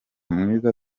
mwiza